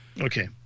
Okay